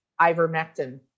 ivermectin